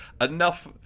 enough